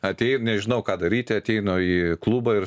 atėjai ir nežinau ką daryti ateinu į klubą ir